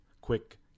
quick